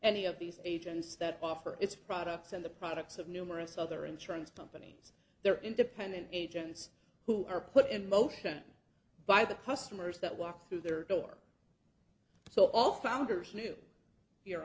any of these agencies that offer its products and the products of numerous other insurance companies there are independent agents who are put in motion by the customers that walk through their door so all founders knew your